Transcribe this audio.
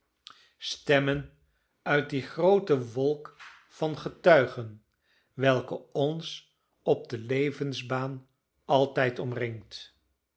ingesproken stemmen uit die groote wolk van getuigen welke ons op de levensbaan altijd omringt